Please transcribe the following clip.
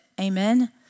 amen